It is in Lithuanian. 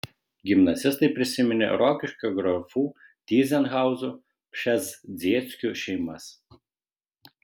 gimnazistai prisiminė rokiškio grafų tyzenhauzų pšezdzieckių šeimas